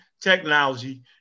technology